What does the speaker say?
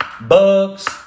Bugs